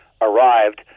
arrived